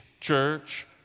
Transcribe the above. church